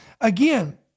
again